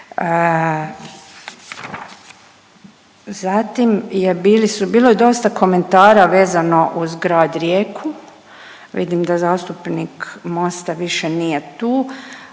bili su, bilo je dosta komentara vezano uz grad Rijeku, vidim da zastupnik Mosta više nije tu